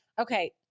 Okay